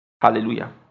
Hallelujah